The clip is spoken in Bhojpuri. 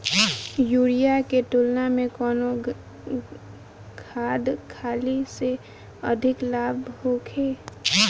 यूरिया के तुलना में कौन खाध खल्ली से अधिक लाभ होखे?